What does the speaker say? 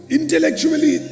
Intellectually